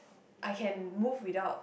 I can move without